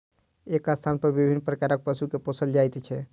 एक स्थानपर विभिन्न प्रकारक पशु के पोसल जाइत छै